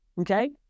okay